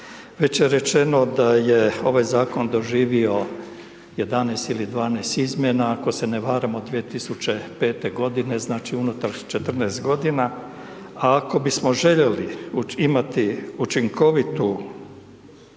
Već je rečeno da je ovaj zakon doživio 11 ili 12 izmjena ako se ne varam od 2005. godine, znači unutar 14 godina, a ako bismo željeli imati učinkovitu